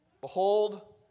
Behold